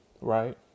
right